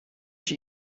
ich